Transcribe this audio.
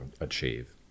achieve